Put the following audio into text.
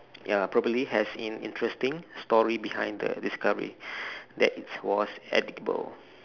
ya probably has an interesting story behind the discovery that it was edible